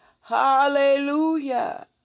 hallelujah